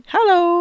Hello